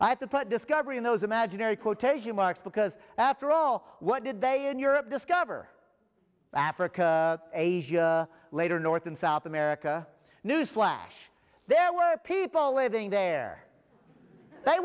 i had to put discovery in those imaginary quotation marks because after all what did they in europe discover africa asia later north and south america newsflash there were people living there they